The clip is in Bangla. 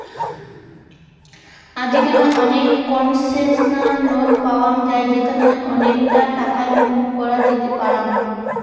আজিকেনা অনেক কোনসেশনাল লোন পাওয়াঙ যাই যেখানে অনেকটা টাকাই মকুব করা যেতে পারাং